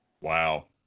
Wow